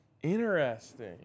Interesting